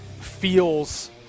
feels